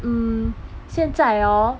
mm 现在 orh